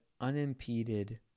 unimpeded